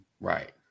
Right